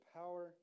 power